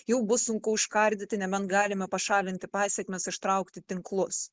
jau bus sunku užkardyti nebent galime pašalinti pasekmes ištraukti tinklus